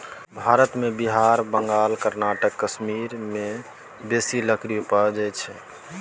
भारत मे बिहार, बंगाल, कर्नाटक, कश्मीर मे बेसी लकड़ी उपजइ छै